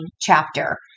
chapter